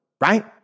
right